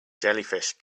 jellyfish